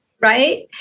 Right